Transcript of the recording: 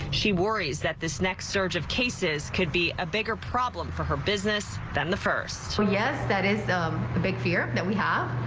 she worries that this next surge of cases could be a bigger problem for her business and the first so yes, that is a big fear that we have.